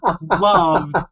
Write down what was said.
love